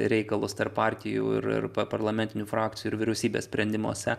reikalus tarp partijų ir ir parlamentinių frakcijų ir vyriausybės sprendimuose